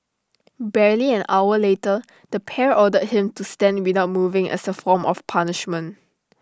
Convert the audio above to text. barely an hour later the pair ordered him to stand without moving as A form of punishment